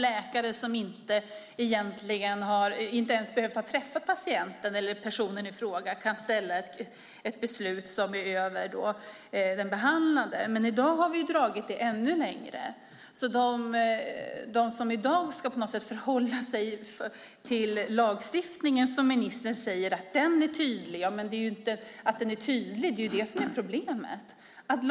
Läkare som inte ens behöver ha träffat personen i fråga kan komma med ett beslut som står över den behandlande läkarens. Men i dag har man dragit det ännu längre. Det gäller de som i dag på något sätt ska förhålla sig till lagstiftningen, som ministern säger är tydlig. Men det är ju att lagstiftningen är tydlig som är problemet!